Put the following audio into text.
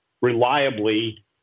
reliably